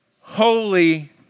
holy